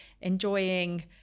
enjoying